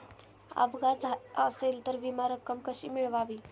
अपघात झाला असेल तर विमा रक्कम कशी मिळवावी?